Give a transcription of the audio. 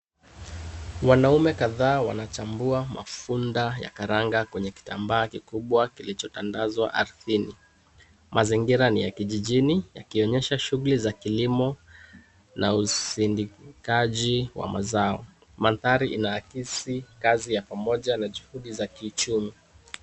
Wanaume kadhaa wanachambua mafunda ya karanga kwenye kitambaa kikubwa kilichotandazwa chini. Mazingira ni ya kijijini yakionyesha shughuli za kilimo na usindikaji wa mazao. Mandhari inakisi kazi ya pamoja na shughuli za kiuchumi.